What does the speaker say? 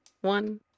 one